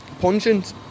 pungent